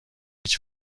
هیچ